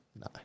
No